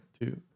two